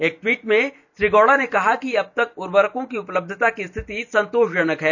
एक ट्वीट में श्री गौडा ने कहा कि अब तक उर्वरको की उपलब्धता की रिथति संतोषजनक है